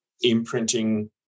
imprinting